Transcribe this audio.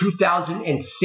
2006